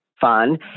fun